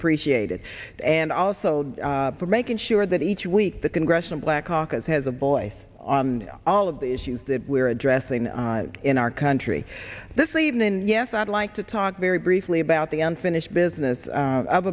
appreciated and also for making sure that each week the congressional black caucus has a voice on all of the issues that we're addressing in our country this evening and yes i'd like to talk very briefly about the unfinished business